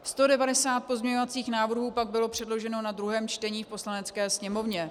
190 pozměňovacích návrhů pak bylo předloženo na druhém čtení v Poslanecké sněmovně.